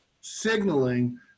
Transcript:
signaling